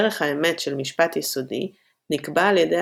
ערך האמת של משפט יסודי נקבע על ידי